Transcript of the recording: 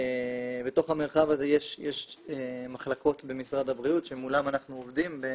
בתוך המרחב הזה יש מחלקות במשרד הבריאות שמולן אנחנו עובדים,